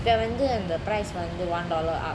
இப்போ வந்து:ipo vanthu and the price one dollar up